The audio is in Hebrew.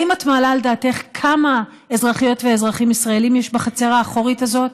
האם את מעלה על דעתך כמה אזרחיות ואזרחים ישראלים יש בחצר האחורית הזאת?